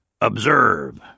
Observe